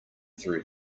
through